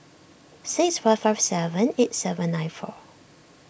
six five five seven eight seven nine four